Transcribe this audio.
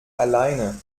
alleine